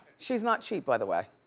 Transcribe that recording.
she's not cheap, by the way.